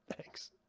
Thanks